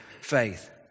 faith